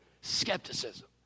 skepticism